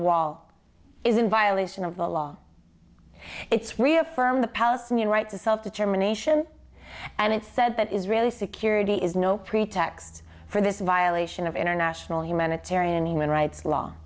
wall is in violation of the law it's reaffirm the palestinian right to self determination and it said that israeli security is no pretext for this violation of international humanitarian human rights law